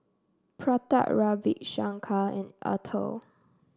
Pratap Ravi Shankar and Atal